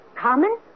common